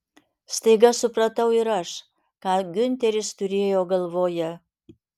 staiga supratau ir aš ką giunteris turėjo galvoje